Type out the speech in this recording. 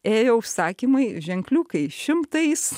ėjo užsakymai ženkliukai šimtais